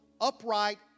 upright